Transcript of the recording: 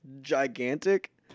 gigantic